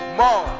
more